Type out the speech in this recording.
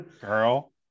Girl